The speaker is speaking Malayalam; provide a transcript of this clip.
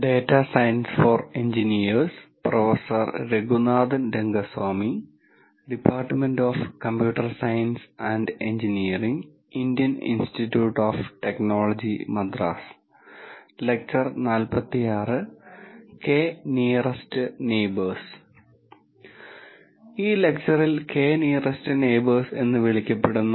introduction to data science linear algebra സ്റ്റാറ്റിസ്റ്റിക്കുകളുടെയും ഒപ്റ്റിമൈസേഷന്റെയും അടിസ്ഥാനത്തിൽ ഡാറ്റാ സയൻസിനെ മനസ്സിലാക്കാൻ ആവശ്യമായ അടിസ്ഥാനകാര്യങ്ങൾ നമ്മൾ ഇപ്പോൾ പരിശോധിച്ചു നമ്മൾ ഡാറ്റാ സയൻസ് അവതരിപ്പിക്കുകയും ഡാറ്റാ സയൻസിൽ ഉപയോഗിക്കുന്ന വിവിധ ടെക്നിക്കുകൾ വിവരിക്കുകയും ചെയ്യുന്ന ലെക്ച്ചർ സീരീസ് ആരംഭിക്കാൻ പോകുന്നു